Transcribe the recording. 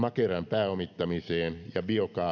makeran pääomittamiseen ja biokaasuun